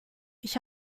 ich